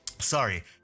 Sorry